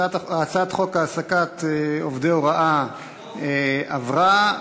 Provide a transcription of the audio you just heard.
הצעת חוק העסקת עובדי הוראה עברה,